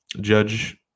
judge